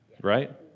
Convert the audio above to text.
Right